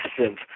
massive